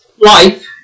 life